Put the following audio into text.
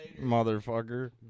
Motherfucker